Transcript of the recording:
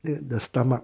那个 the stomach